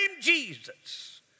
Jesus